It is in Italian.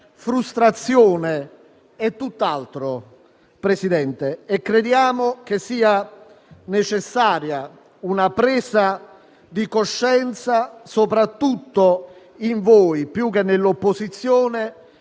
frustrazione, è tutt'altro, Presidente, e crediamo che sia necessaria una presa di coscienza soprattutto in voi più che nell'opposizione,